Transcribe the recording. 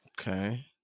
Okay